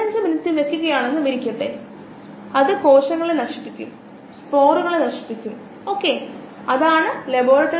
limiting substrate limiting പ്രതികരണം എന്ന ആശയത്തിന് സമാനമാണ് രാസപ്രവർത്തനങ്ങളുടെ കാര്യത്തിൽ ലിമിറ്റിങ് പ്രതികരണം എന്നത് എന്താണെന്നു നമുക്കെല്ലാവർക്കും അറിയാം